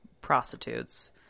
prostitutes